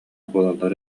буолаллар